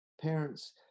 parents